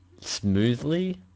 smoothly